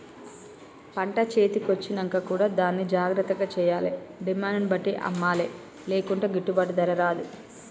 పంట చేతి కొచ్చినంక కూడా దాన్ని జాగ్రత్త చేయాలే డిమాండ్ ను బట్టి అమ్మలే లేకుంటే గిట్టుబాటు ధర రాదు